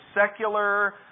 secular